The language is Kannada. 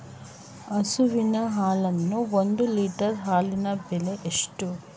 ಹಸುವಿನ ಹಾಲಿನ ಒಂದು ಲೀಟರ್ ಹಾಲಿನ ಬೆಲೆ ಎಷ್ಟು?